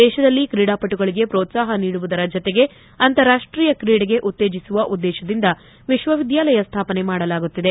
ದೇಶದಲ್ಲಿ ಕ್ರೀಡಾಪಟುಗಳಿಗೆ ಪ್ರೋತ್ಸಾಹ ನೀಡುವುದರ ಜೊತೆಗೆ ಅಂತಾರಾಷ್ಟೀಯ ಕ್ರೀಡೆಗೆ ಉತ್ತೇಜಿಸುವ ಉದ್ಲೇಶದಿಂದ ವಿಶ್ವವಿದ್ಲಾಲಯ ಸ್ಥಾಪನೆ ಮಾಡಲಾಗುತ್ತಿದೆ